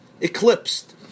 eclipsed